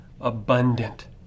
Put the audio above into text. abundant